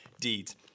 deeds